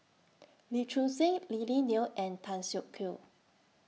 Lee Choon Seng Lily Neo and Tan Siak Kew